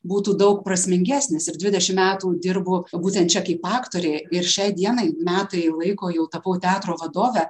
būtų daug prasmingesnis ir dvidešim metų dirbu būtent čia kaip aktorė ir šiai dienai metai laiko jau tapau teatro vadove